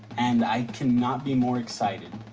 and i cannot be more excited.